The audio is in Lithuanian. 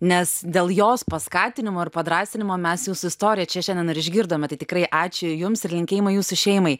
nes dėl jos paskatinimo ir padrąsinimo mes jūsų istoriją čia šiandien ir išgirdome tai tikrai ačiū jums ir linkėjimai jūsų šeimai